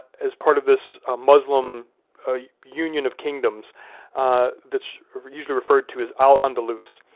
as part of this muslim union of kingdoms that's usually referred to as al-andalus.